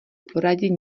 poradit